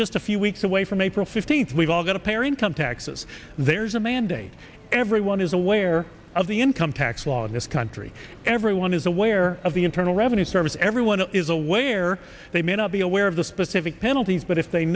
just a few weeks away from april fifteenth we've all got a pair income taxes there's a mandate everyone is aware of the income tax law in this country everyone is aware of the internal revenue service everyone is aware they may not be aware of the specific penalties but if they